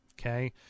okay